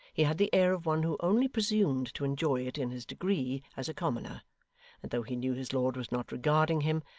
he had the air of one who only presumed to enjoy it in his degree as a commoner and though he knew his lord was not regarding him,